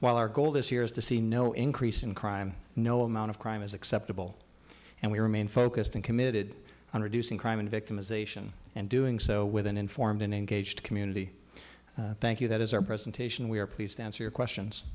while our goal this year is to see no increase in crime no amount of crime is acceptable and we remain focused and committed on reducing crime and victimization and doing so with an informed and engaged community thank you that is our presentation we are pleased to answer your questions